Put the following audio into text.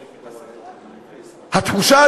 התחושה,